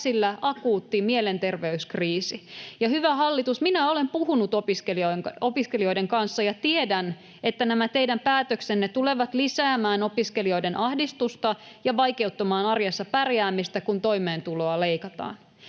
käsillä akuutti mielenterveyskriisi. Ja hyvä hallitus, minä olen puhunut opiskelijoiden kanssa ja tiedän, että nämä teidän päätöksenne tulevat lisäämään opiskelijoiden ahdistusta ja vaikeuttamaan arjessa pärjäämistä, kun toimeentuloa leikataan.